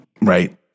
Right